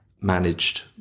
managed